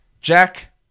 Jack